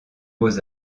beaux